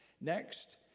Next